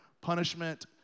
punishment